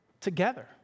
together